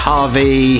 Harvey